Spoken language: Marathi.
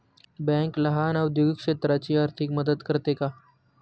बँक लहान औद्योगिक क्षेत्राची आर्थिक मदत करते का?